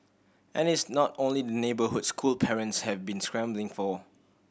and it's not only the neighbourhood school parents have been scrambling for